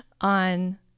on